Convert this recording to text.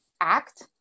act